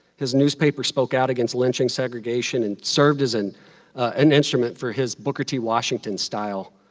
his newspaper spoke out against lynching, segregation, and served as and an instrument for his booker t. washington style